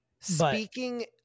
Speaking